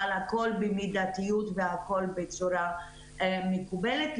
אבל הכל במידתיות ובצורה מקובלת,